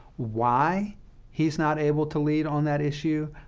why he is not able to lead on that issue,